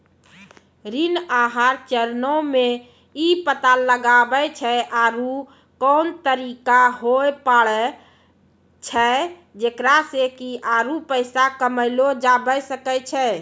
ऋण आहार चरणो मे इ पता लगाबै छै आरु कोन तरिका होय पाड़ै छै जेकरा से कि आरु पैसा कमयलो जाबै सकै छै